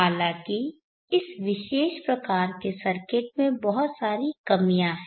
हालांकि इस विशेष प्रकार के सर्किट में बहुत सारी कमियां हैं